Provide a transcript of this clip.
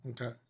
Okay